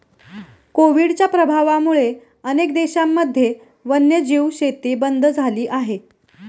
कोविडच्या प्रभावामुळे अनेक देशांमध्ये वन्यजीव शेती बंद झाली आहे